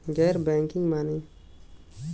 गैर बैंकिंग माने?